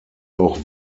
auch